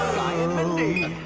um mindy.